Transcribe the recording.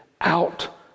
out